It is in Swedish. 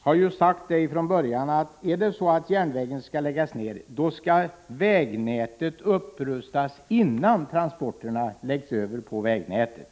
har från början sagt att om järnvägen skall läggas ned måste vägnätet upprustas innan transporterna läggs över på vägnätet.